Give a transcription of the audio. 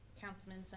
Councilman